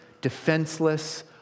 defenseless